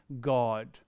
God